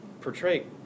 portray